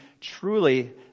truly